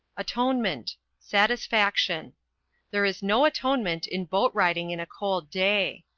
atonement satisfaction there is no atonement in boat-riding in a cold day.